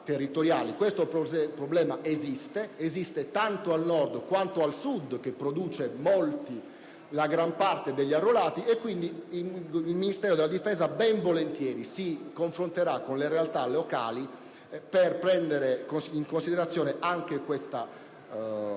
Questo problema esiste tanto al Nord quanto al Sud, che produce la gran parte degli arruolati: il Ministero della difesa quindi ben volentieri si confronterà con le realtà locali per prendere in considerazione anche questa tematica.